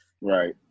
Right